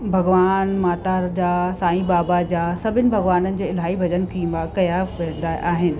भॻवान माता जा साईं बाबा जा सभिनि भॻवान जा इलाही भॼन थीबा कया वेंदा आहिनि